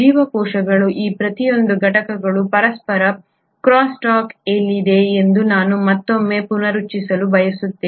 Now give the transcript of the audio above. ಜೀವಕೋಶಗಳ ಈ ಪ್ರತಿಯೊಂದು ಘಟಕಗಳು ಪರಸ್ಪರ ಕ್ರಾಸ್ಸ್ಟಾಕ್ ಅಲ್ಲಿದೆ ಎಂದು ನಾನು ಮತ್ತೊಮ್ಮೆ ಪುನರುಚ್ಚರಿಸಲು ಬಯಸುತ್ತೇನೆ